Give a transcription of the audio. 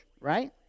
right